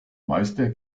meister